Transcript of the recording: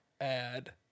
add